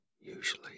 usually